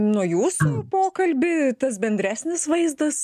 nuo jūsų pokalbį tas bendresnis vaizdas